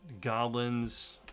Goblins